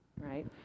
right